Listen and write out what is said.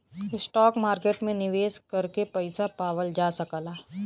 stock market में निवेश करके पइसा पावल जा सकला